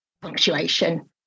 punctuation